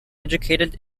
educated